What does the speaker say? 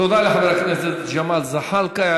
תודה לחבר הכנסת ג'מאל זחאלקה.